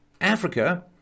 Africa